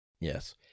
Yes